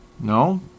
no